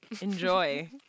enjoy